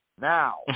now